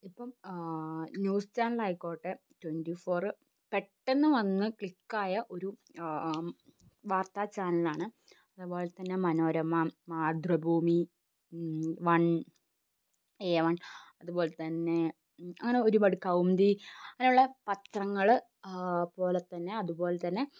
ഇപ്പം ന്യൂസ് ചാനലായിക്കോട്ടെ twenty four പെട്ടെന്ന് വന്നു ക്ലിക്കായ ഒരു വാർത്താ ചാനലാണ് അതുപോലെ തന്നെ മനോരമ മാതൃഭൂമി വൺ ഏവൺ അതുപോലെതന്നെ അങ്ങനെ ഒരുപാട് കൗമുദി അങ്ങനെയുള്ള പത്രങ്ങൾ പോലെ തന്നെ അതുപോലെ തന്നെ